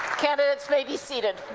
candidates may be seated.